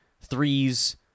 threes